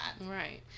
Right